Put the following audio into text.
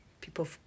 people